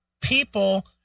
People